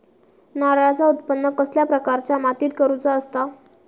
नारळाचा उत्त्पन कसल्या प्रकारच्या मातीत करूचा असता?